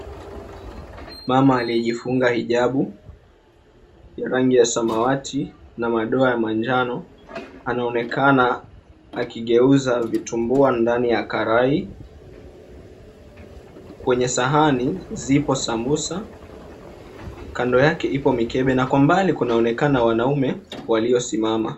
Mama aliyejifunga hijabu ya rangi ya samawati na madoa ya manjano anaonekana akigeuza vitumbua ndani ya karai kwenye sahani zipo sambusa kando yake ipo mikebe na kwa mbali kunaonekana wanaume waliosimama.